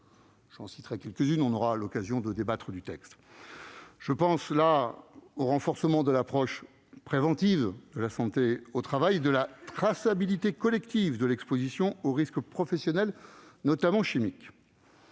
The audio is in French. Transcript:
n'en citerai que quelques-unes, puisque nous allons débattre du texte, à commencer par le renforcement de l'approche préventive de la santé au travail et de la traçabilité collective de l'exposition aux risques professionnels, notamment chimiques.